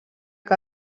que